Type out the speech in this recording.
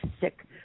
sick